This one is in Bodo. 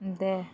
दे